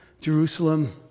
Jerusalem